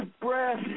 breath